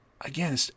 again